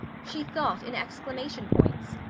she thought in exclamation points.